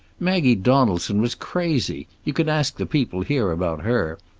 maggie donaldson was crazy. you can ask the people here about her.